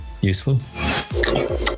useful